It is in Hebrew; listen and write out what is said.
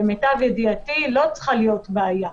למיטב ידיעתי, לא צריכה להיות בעיה.